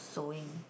sewing